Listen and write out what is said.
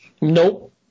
Nope